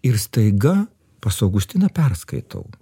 ir staiga pas augustiną perskaitau